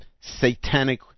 satanic